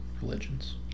religions